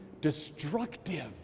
destructive